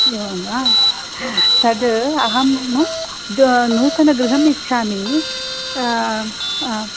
एवं वा तद् अहं नूतनगृहम् इच्छामि